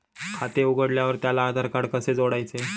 खाते उघडल्यावर त्याला आधारकार्ड कसे जोडायचे?